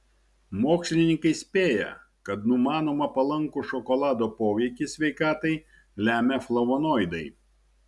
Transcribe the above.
mokslininkai spėja kad numanomą palankų šokolado poveikį sveikatai lemia flavonoidai